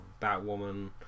Batwoman